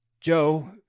Joe